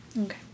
Okay